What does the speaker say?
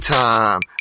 time